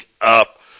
up